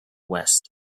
west